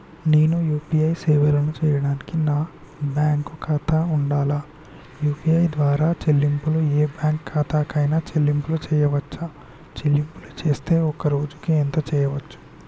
నేను యూ.పీ.ఐ సేవలను చేయడానికి నాకు బ్యాంక్ ఖాతా ఉండాలా? యూ.పీ.ఐ ద్వారా చెల్లింపులు ఏ బ్యాంక్ ఖాతా కైనా చెల్లింపులు చేయవచ్చా? చెల్లింపులు చేస్తే ఒక్క రోజుకు ఎంత చేయవచ్చు?